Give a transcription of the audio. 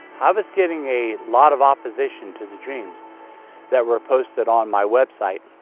i was getting a lot of opposition to the dreams that were posted on my website.